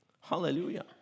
Hallelujah